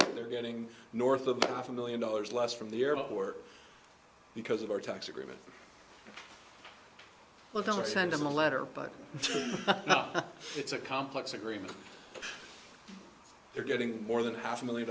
that they're getting north of off a million dollars less from the airport because of our tax agreement well don't send them a letter but it's a complex agreement they're getting more than half a million